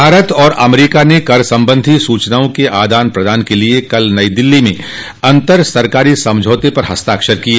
भारत और अमरीका ने कर संबंधी सूचनाओं के आदान प्रदान के लिए कल नई दिल्ली में अंतर सरकारी समझौते पर हस्ताक्षर किए